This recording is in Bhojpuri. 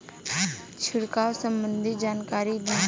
छिड़काव संबंधित जानकारी दी?